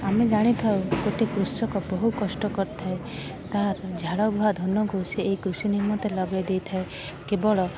ଆମେ ଜାଣିଥାଉ ଗୋଟେ କୃଷକ ବହୁ କଷ୍ଟ କରିଥାଏ ତାହାର ଝାଳ ବୁହା ଧନକୁ ସେଇ କୃଷି ନିମନ୍ତେ ଲଗାଇ ଦେଇଥାଏ କେବଳ